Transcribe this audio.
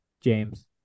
James